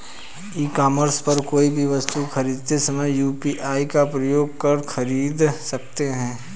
ई commerce पर कोई भी वस्तु खरीदते समय यू.पी.आई का प्रयोग कर खरीद सकते हैं